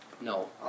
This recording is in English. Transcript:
No